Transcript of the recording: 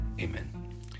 amen